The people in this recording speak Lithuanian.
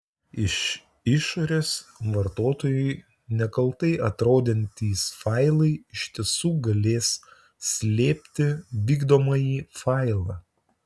iš išorės vartotojui nekaltai atrodantys failai iš tiesų galės slėpti vykdomąjį failą